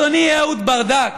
אהוד ברדק,